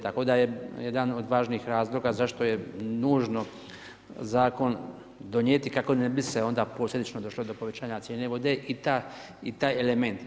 Tako da je jedan od važnih razloga zašto je nužno zakon donijeti kako ne bi se onda posljedično došlo do povećanja cijene vode i taj element.